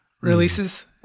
releases